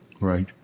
Right